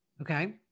okay